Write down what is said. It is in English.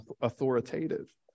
authoritative